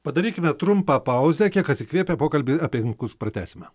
padarykime trumpą pauzę kiek atsikvėpę pokalbį apie ginklus pratęsime